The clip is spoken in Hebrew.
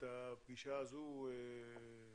מר אביר ולאחריו נשמע את פרופ'